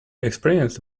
experienced